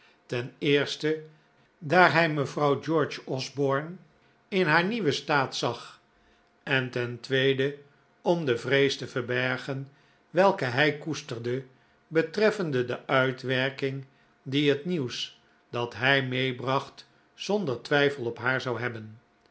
ten eerste daar hij mevrouw george osborne o oi oio i n haar nieuwen staat zag en ten tweede om de vrees te verbergen welke hij koesterde betreffende de uitwerking die het nieuvvs dat hij meebracht zonder twijfel op haar zou hebben